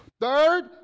Third